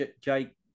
Jake